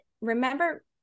Remember